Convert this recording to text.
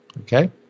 Okay